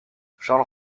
charles